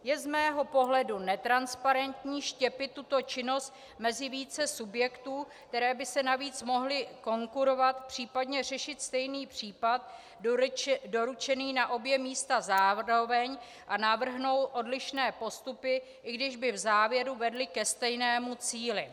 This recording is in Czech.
Je z mého pohledu netransparentní štěpit tuto činnost mezi více subjektů, které by si navíc mohly konkurovat, případně řešit stejný případ, doručený na obě místa zároveň, a navrhnout odlišné postupy, i když by v závěru vedly ke stejnému cíli.